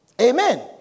Amen